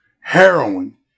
heroin